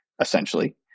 essentially